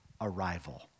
arrival